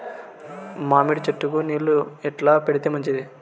మామిడి చెట్లకు నీళ్లు ఎట్లా పెడితే మంచిది?